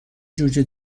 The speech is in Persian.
جوجه